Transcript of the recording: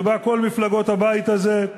וכל מפלגות הבית הזה,